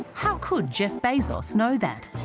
how could jeff bezos know that?